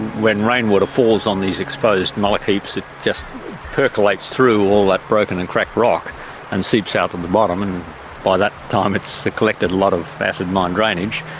when rainwater falls on these exposed mullock heaps it just percolates through all that broken and cracked rock and seeps out through and the bottom, and by that time it's collected a lot of acid mine drainage.